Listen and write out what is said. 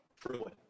truly